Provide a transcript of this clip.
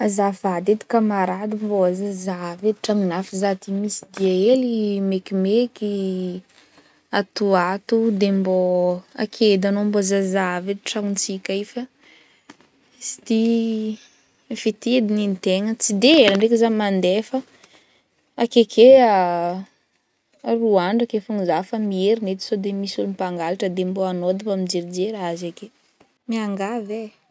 Azafady edy kamarady! Mbô zavozahavo edy tragnognahy fô zaho ty misy dia helihely mekimeky atoato de mbô ake edy agnao, mbô zavozahavo edy tragnotsika i fa, izy ty, efy ty edy ny antegna, tsy de ela ndraiky za mande, fa akeke aroa andro ake fogna za efa miherigny edy sody mba misy ôlo mpangalatra, de mbô agnao edy mijerijery azy ake, miangavy e!